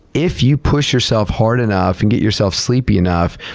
if you push yourself hard enough, and get yourself sleepy enough,